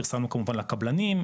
פרסמנו כמובן לקבלנים,